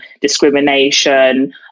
discrimination